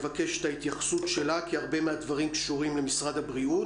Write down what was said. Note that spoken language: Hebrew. את ההתייחסות שלה כי הרבה מהדברים קשורים למשרד הבריאות.